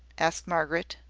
asked margaret.